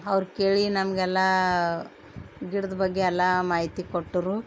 ಅವ್ರು ಕೇಳಿ ನಮಗೆಲ್ಲ ಗಿಡ್ದ ಬಗ್ಗೆ ಎಲ್ಲ ಮಾಹಿತಿ ಕೊಟ್ಟರು